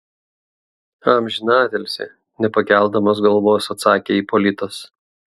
amžiną atilsį nepakeldamas galvos atsakė ipolitas